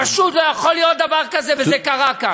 פשוט לא יכול להיות דבר כזה, וזה קרה כאן.